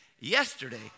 yesterday